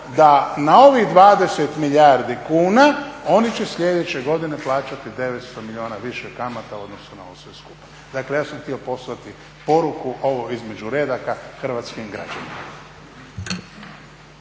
da na ovih 20 milijardi kuna oni će sljedeće godine plaćati 900 milijuna više kamata u odnosu na ovo sve skupa. Dakle, ja sam htio poslati poruku ovo između redaka hrvatskim građanima.